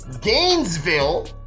Gainesville